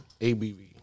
ABV